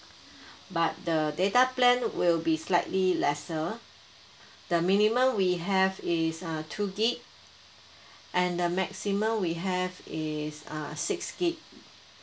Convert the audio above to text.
but the data plan will be slightly lesser the minimum we have is a two G_B and the maximum we have is err six G_B